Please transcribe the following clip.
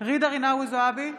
ג'ידא רינאוי זועבי,